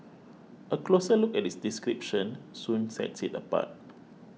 a closer look at its description soon sets it apart